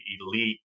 elite